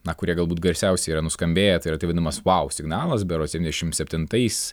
na kurie galbūt garsiausiai yra nuskambėję tai yra tai vadinamas vau signalas berods septyniasdešim septintais